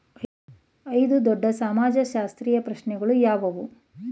ಐದು ದೊಡ್ಡ ಸಮಾಜಶಾಸ್ತ್ರೀಯ ಪ್ರಶ್ನೆಗಳು ಯಾವುವು?